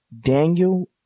Daniel